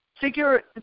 figure